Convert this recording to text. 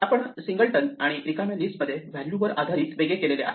आपण singleton आणि रिकाम्या लिस्ट मध्ये व्हॅल्यू वर आधारित वेगळे केले आहे